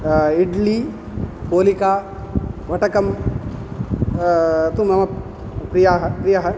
इड्लि पोलिका वटकं तु मम प्रियाः प्रियः